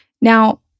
Now